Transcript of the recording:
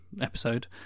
episode –